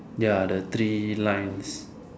ya the three lines